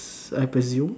I presume